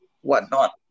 whatnot